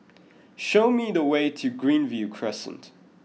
show me the way to Greenview Crescent